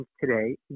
today